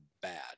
bad